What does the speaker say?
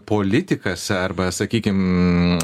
politikas arba sakykim